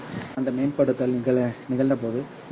எனவே அந்த மேம்படுத்தல் நிகழ்ந்தபோது 2